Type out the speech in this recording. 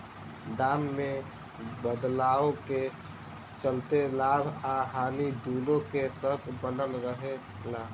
दाम में बदलाव के चलते लाभ आ हानि दुनो के शक बनल रहे ला